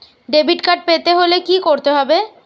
Debit card পেতে হলে কি করতে হবে?